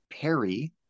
Perry